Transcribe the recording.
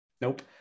Nope